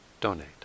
donate